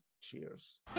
Cheers